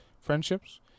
friendships